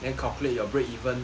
then calculate your break even